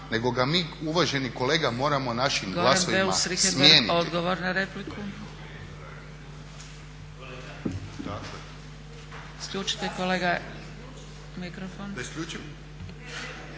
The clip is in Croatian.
nego ga mi uvaženi kolega moramo našim glasovima smijeniti.